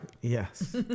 Yes